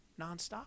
nonstop